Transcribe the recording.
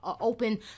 open